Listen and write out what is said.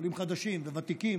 עולים חדשים וותיקים,